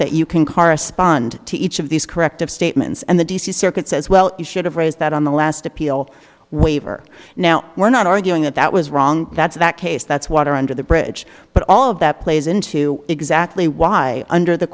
that you can correspond to each of these corrective statements and the d c circuit says well you should have raised that on the last appeal waiver now we're not arguing that that was wrong that's that case that's water under the bridge but all of that plays into exactly why under the